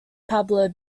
pablo